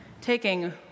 taking